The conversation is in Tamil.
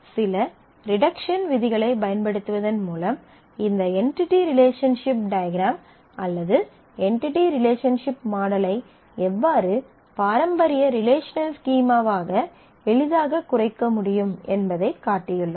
சில ரிடக்ஷன் விதிகளைப் பயன்படுத்துவதன் மூலம் இந்த என்டிடி ரிலேஷன்ஷிப் டயஃக்ராம் அல்லது என்டிடி ரிலேஷன்ஷிப் மாடலை எவ்வாறு பாரம்பரிய ரிலேஷனல் ஸ்கீமாவாக எளிதாகக் குறைக்க முடியும் என்பதைக் காட்டியுள்ளோம்